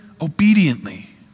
obediently